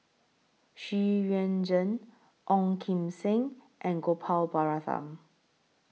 Xu Yuan Zhen Ong Kim Seng and Gopal Baratham